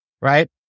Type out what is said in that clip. right